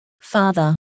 Father